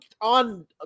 on